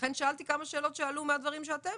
לכן שאלתי כמה שאלות שעלו מהדברים שגם